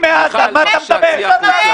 למה מסיתה?